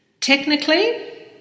Technically